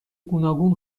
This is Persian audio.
گوناگون